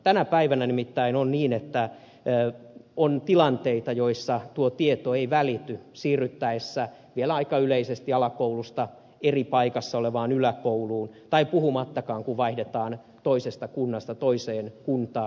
tänä päivänä nimittäin on niin että on tilanteita joissa tuo tieto ei välity siirryttäessä vielä aika yleisesti alakoulusta eri paikassa olevaan yläkouluun tai puhumattakaan kun vaihdetaan toisesta kunnasta toiseen kuntaan